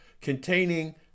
containing